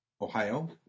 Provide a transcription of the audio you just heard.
Ohio